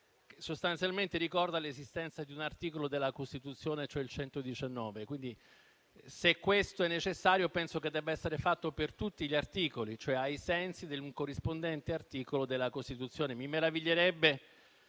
che sostanzialmente ricorda l'esistenza di un articolo della Costituzione, cioè il 119: se questo però è necessario, penso che debba essere fatto allora per tutti gli articoli, ai sensi di un corrispondente articolo della Costituzione. Mi meraviglierebbe